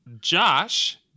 Josh